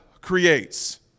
creates